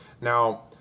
Now